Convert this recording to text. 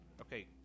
okay